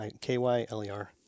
K-Y-L-E-R